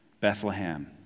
Bethlehem